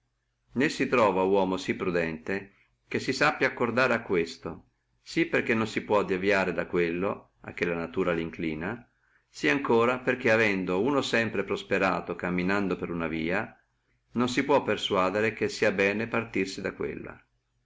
né si truova uomo sí prudente che si sappi accomodare a questo sí perché non si può deviare da quello a che la natura linclina sí etiam perché avendo sempre uno prosperato camminando per una via non si può persuadere partirsi da quella